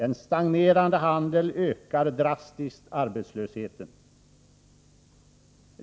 En stagnerande handel ökar drastiskt arbetslösheten.